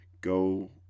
go